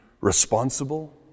responsible